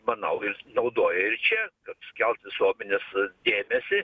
manau jis naudoja ir čia kad sukelt visuomenės dėmėsi